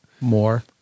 More